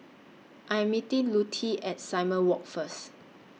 I Am meeting Lutie At Simon Walk First